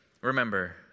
Remember